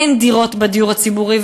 אין דירות בדיור הציבורי,